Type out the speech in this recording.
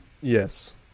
Yes